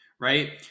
right